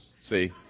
See